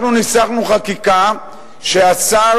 ניסחנו חקיקה שהשר